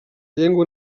llengua